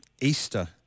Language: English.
Easter